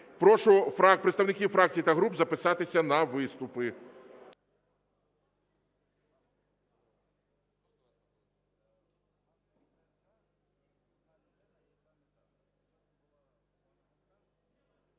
Прошу представників фракцій та груп записатися на виступи.